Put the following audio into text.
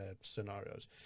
scenarios